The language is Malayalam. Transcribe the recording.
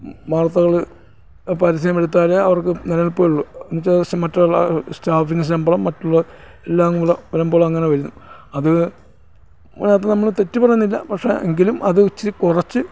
വാർത്തകൾ പരസ്യമെടുത്താലേ അവർക്ക് നിലനിൽപ്പുള്ളു ഇൻകേസ് മറ്റുള്ള സ്റ്റാഫിന് ശമ്പളം മറ്റുള്ള എല്ലാംകൂടെ പറയുമ്പോളങ്ങനെ വരും അത് അത് നമ്മൾ തെറ്റു പറയുന്നില്ല പക്ഷെ എങ്കിലും അതിച്ചിരി കുറച്ച്